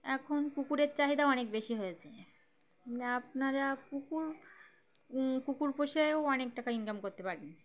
এখন কুকুরের চাহিদা অনেক বেশি হয়েছে আপনারা কুকুর কুকুর পোষেও অনেক টাকা ইনকাম করতে পারেন